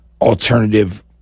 alternative